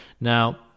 Now